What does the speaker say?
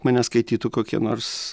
mane skaitytų kokie nors